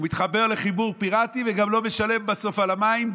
הוא מתחבר לחיבור פיראטי וגם לא משלם בסוף על המים,